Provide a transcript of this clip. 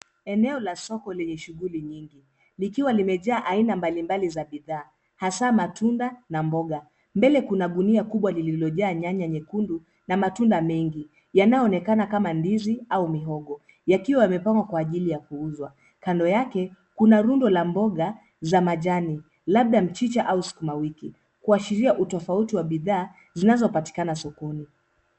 Eneo la soko lenye shughuli nyingi likiwa limejaa aina mbalimbali za bidhaa hasa matunda na mboga. Mbele kuna gunia kubwa lililojaa nyanya nyekundu na matunda mengi yanayoonekana kama ndizi au mihogo yakiwa yamepangwa kwa ajili ya kuuzwa. Kando yake, kuna rundo la mboga za majani labda mchicha au sukumawiki kuashiria utofauti wa bidhaa zinazopatikana sokoni.